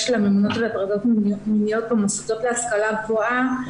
לממונות על הטרדות מיניות במוסדות להשכלה גבוהה,